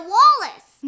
Wallace